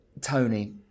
Tony